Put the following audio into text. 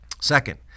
Second